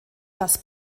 das